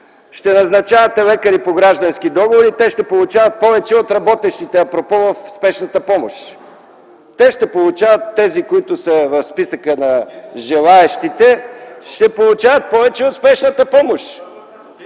ще назначавате лекари по граждански договори, апропо те ще получават повече от работещите в спешната помощ. Тези, които са в списъка на желаещите, ще получават повече от спешната помощ.